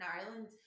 Ireland